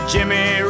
Jimmy